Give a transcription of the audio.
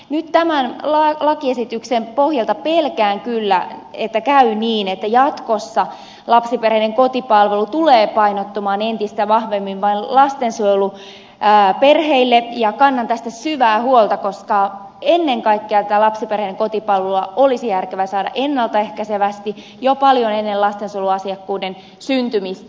nyt tämän lakiesityksen pohjalta pelkään kyllä että käy niin että jatkossa lapsiperheiden kotipalvelu tulee painottumaan entistä vahvemmin vain lastensuojeluperheille ja kannan tästä syvää huolta koska ennen kaikkea tätä lapsiperheiden kotipalvelua olisi järkevää saada ennalta ehkäisevästi jo paljon ennen lastensuojeluasiakkuuden syntymistä